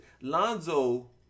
Lonzo